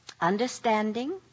understanding